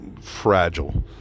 fragile